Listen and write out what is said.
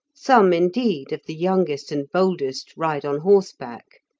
some, indeed, of the youngest and boldest ride on horseback,